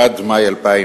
עד מאי 2011,